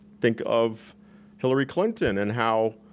think of hilary clinton and how